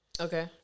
Okay